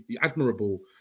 admirable